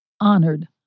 honored